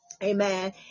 amen